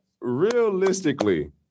realistically